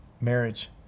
marriage